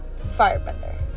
Firebender